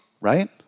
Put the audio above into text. right